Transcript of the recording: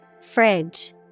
fridge